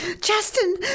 Justin